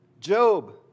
job